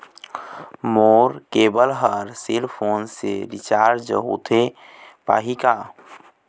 मोर cable हर cell phone से recharge होथे पाही का?